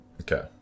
Okay